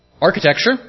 architecture